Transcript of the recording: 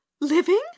living